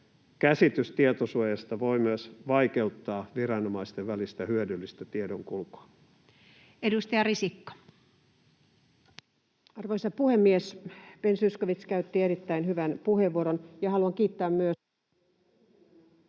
käsitys tietosuojasta voi myös vaikeuttaa viranomaisten välistä hyödyllistä tiedonkulkua. Edustaja Risikko. Arvoisa puhemies! Ben Zyskowicz käytti erittäin hyvän puheenvuoron, ja haluan kiittää myös…